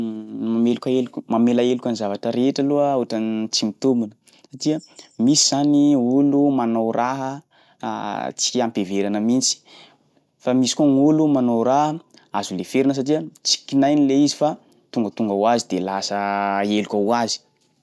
Mameloka heloka- mamela heloka ny zavatra rehetra aloha ohatrany tsy mitombina satria misy zany olo manao raha tsy ampiheverana mihitsy fa misy koa gn'olo manao raha azo leferina satria tsy kinainy le izy fa tonga tonga hoazy de lasa heloka ho azy.